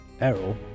Errol